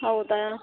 ಹೌದಾ